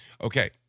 Okay